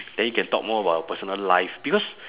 then you can talk more about your personal life because